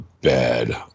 bad